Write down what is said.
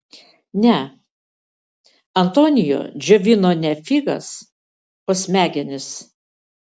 ne antonio džiovino ne figas o smegenis